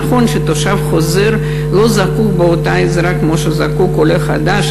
נכון שתושב חוזר לא זקוק לאותה עזרה שזקוק לה עולה חדש,